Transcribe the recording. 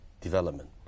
development